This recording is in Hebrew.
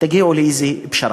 תגיעו לאיזו פשרה.